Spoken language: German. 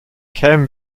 kämen